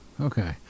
okay